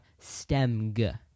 stemg